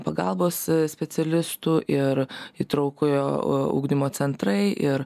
pagalbos specialistų ir įtraukiojo ugdymo centrai ir